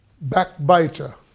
backbiter